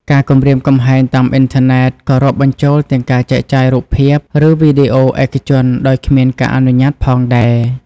ការគំរាមកំហែងតាមអ៊ីនធឺណិតក៏រាប់បញ្ចូលទាំងការចែកចាយរូបភាព ឬវីដេអូឯកជនដោយគ្មានការអនុញ្ញាតផងដែរ។